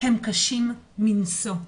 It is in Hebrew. הם קשים מנשוא.